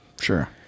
Sure